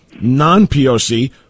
Non-POC